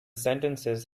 sentences